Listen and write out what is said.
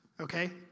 okay